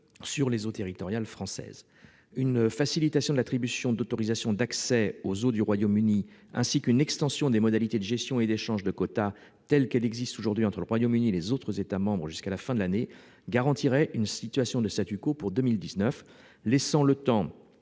sur les eaux territoriales françaises. Une facilitation de l'attribution d'autorisations d'accès aux eaux du Royaume-Uni, ainsi qu'une extension des modalités de gestion et d'échange de quotas, telles qu'elles existent aujourd'hui entre le Royaume-Uni et les autres États membres, jusqu'à la fin de l'année garantiraient un pour 2019, laissant le temps